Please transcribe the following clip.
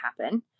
happen